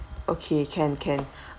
okay can can